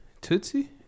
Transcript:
tootsie